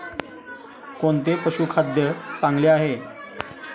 कोणते पशुखाद्य चांगले आहे?